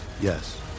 Yes